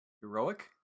Heroic